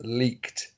leaked